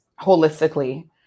holistically